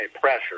pressure